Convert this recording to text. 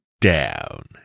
down